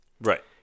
Right